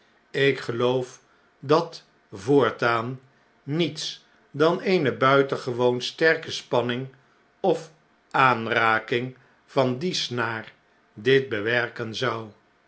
ik geloof dat voortaan niets dan eene buitengewone sterke spanning of aanraking van die snaar dit bewerken zou